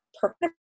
perfect